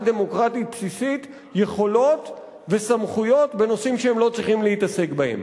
דמוקרטית בסיסית יכולות וסמכויות בנושאים שהם לא צריכים להתעסק בהם.